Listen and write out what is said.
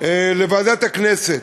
לוועדת הכנסת,